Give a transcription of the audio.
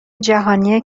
جهانی